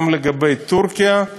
גם לגבי טורקיה,